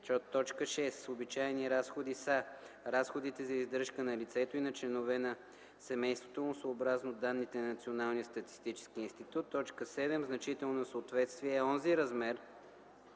му. 6. „Обичайни разходи” са разходите за издръжка на лицето и на членовете на семейството му съобразно данните на Националния статистически институт. 7. „Значително несъответствие” е онзи размер